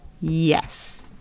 Yes